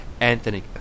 Anthony